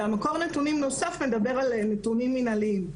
והמקור נתונים נוסף מדבר על הנתונים המנהליים,